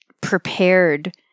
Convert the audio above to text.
prepared